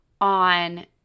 on